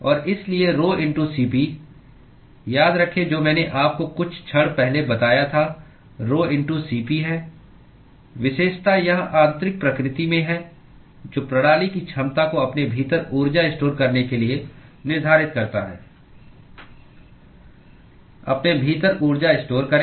और इसलिए rhoCp याद रखें जो मैंने आपको कुछ क्षण पहले बताया था rhoCp है विशेषता यह आंतरिक प्रकृति में है जो प्रणाली की क्षमता को अपने भीतर ऊर्जा स्टोर करने के लिए निर्धारित करता है अपने भीतर ऊर्जा स्टोर करें